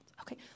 Okay